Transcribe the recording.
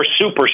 super